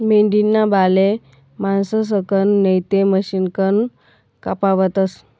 मेंढीना बाले माणसंसकन नैते मशिनकन कापावतस